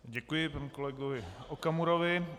Děkuji panu kolegovi Okamurovi.